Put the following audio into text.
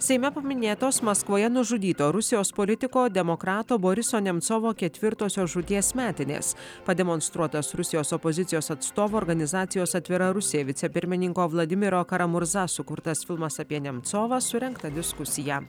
seime paminėtos maskvoje nužudyto rusijos politiko demokrato boriso nemcovo ketvirtosios žūties metinės pademonstruotas rusijos opozicijos atstovų organizacijos atvira rusija vicepirmininko vladimiro karamurza sukurtas filmas apie nemcovą surengtą diskusiją